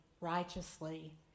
righteously